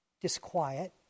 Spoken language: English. disquiet